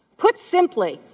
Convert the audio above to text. put simply,